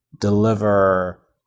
deliver